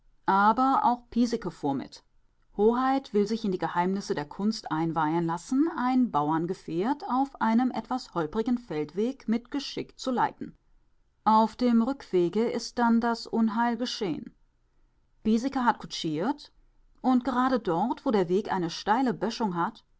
aber auch piesecke fuhr mit hoheit will sich in die geheimnisse der kunst einweihen lassen ein bauerngefährt auf einem etwas holperigen feldweg mit geschick zu leiten auf dem rückwege ist dann das unheil geschehen piesecke hat kutschiert und gerade dort wo der weg eine steile böschung hat